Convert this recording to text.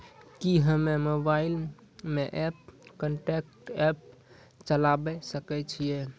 कि हम्मे मोबाइल मे एम कनेक्ट एप्प चलाबय सकै छियै?